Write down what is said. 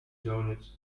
doughnut